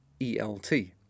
ELT